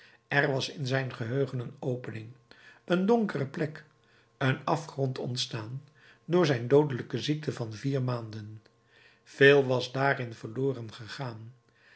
er was in zijn geheugen een opening een donkere plek een afgrond ontstaan door zijn doodelijke ziekte van vier maanden veel was daarin verloren gegaan